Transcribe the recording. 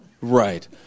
right